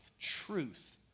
truth